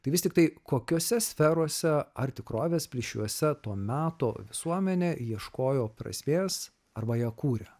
tai vis tiktai kokiose sferose ar tikrovės plyšiuose to meto visuomenė ieškojo prasmės arba ją kūrė